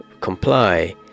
comply